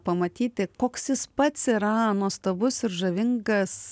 pamatyti koks jis pats yra nuostabus ir žavingas